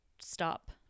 stop